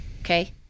Okay